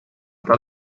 tal